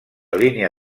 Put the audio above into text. línia